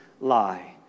Lie